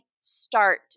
start